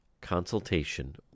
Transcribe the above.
consultation